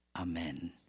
Amen